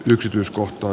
yksityiskohta